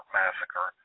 massacre